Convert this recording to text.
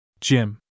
Jim